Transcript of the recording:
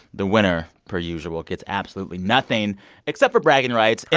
the winner, per usual, gets absolutely nothing except for bragging rights and,